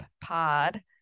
Pod